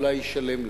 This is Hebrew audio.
אולי ישלם לה.